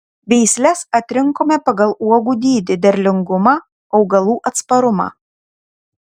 veisles atsirinkome pagal uogų dydį derlingumą augalų atsparumą